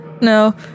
No